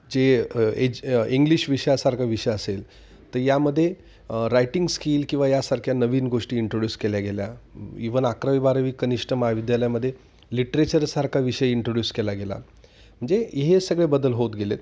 जे एज इंग्लिश विषयासारखा विषय असेल तर यामध्ये रायटिंग स्किल किंवा यासारख्या नवीन गोष्टी इंट्रोड्यूस केल्या गेल्या इवन आकरावी बारवी कनिष्ठ महाविद्यालयामध्ये लिट्रेचरसारखा विषय इंट्रोड्यूस केला गेला म्हणजे हे सगळे बदल होत गेले आहेत